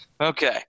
Okay